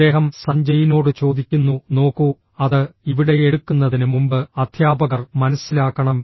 അദ്ദേഹം സഞ്ജയിനോട് ചോദിക്കുന്നു നോക്കൂ അത് ഇവിടെ എടുക്കുന്നതിന് മുമ്പ് അദ്ധ്യാപകർ മനസ്സിലാക്കണം